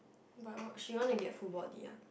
but what she want to get full body ah